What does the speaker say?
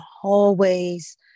hallways